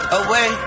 away